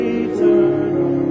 eternal